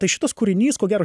tai šitas kūrinys ko gero